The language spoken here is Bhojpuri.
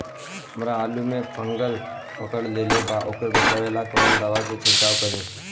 हमरा आलू में फंगस पकड़ लेले बा वोकरा बचाव ला कवन दावा के छिरकाव करी?